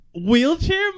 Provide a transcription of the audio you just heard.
wheelchair